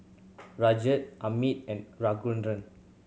Rajat Amit and Raghuram